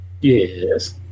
Yes